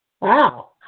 Wow